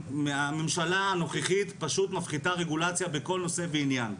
הממשלה הנוכחית פשוט מפחיתה רגולציה בכל נושא ועניין.